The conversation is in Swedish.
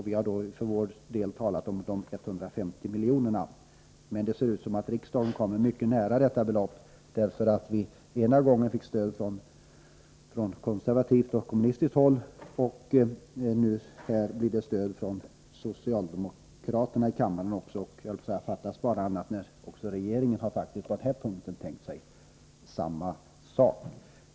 Vi har för vår del talat om 150 milj.kr., och det ser ut som om riksdagen kommer mycket nära det beloppet. Ena gången fick vi stöd från konservativt och kommunistiskt håll, och nu får vi också stöd från socialdemokraterna i kammaren. Fattas bara annat när regeringen har tänkt sig samma sak på denna punkt!